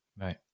Right